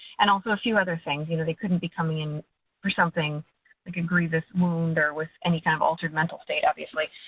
and also a few other things, you know, they couldn't be coming in for something like. for a grievous wound or with any kind of altered mental state, obviously.